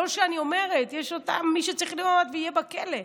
לא שאני אומרת, יש מי שצריך להיות ויהיה בכלא,